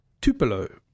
Tupelo